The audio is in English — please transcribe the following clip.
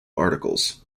articles